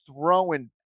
throwing